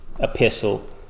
Epistle